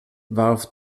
warf